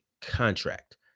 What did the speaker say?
contract